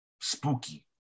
spooky